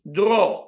draw